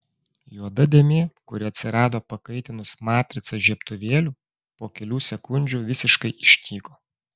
juoda dėmė kuri atsirado pakaitinus matricą žiebtuvėliu po kelių sekundžių visiškai išnyko